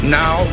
now